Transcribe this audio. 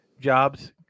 jobs